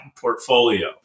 portfolio